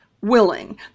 willing